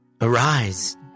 Arise